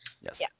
yes